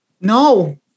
no